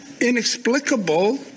inexplicable